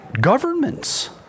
governments